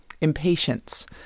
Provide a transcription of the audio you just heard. impatience